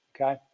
okay